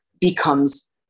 becomes